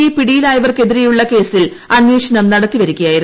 A പിടിയിലായവർക്കെതിരെയുള്ള കേസിൽ അന്വേഷണം നടത്തിവരികയായിരുന്നു